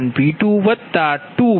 1252 dPLossdP32P3B332B13P12B23P20